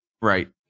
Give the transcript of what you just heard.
Right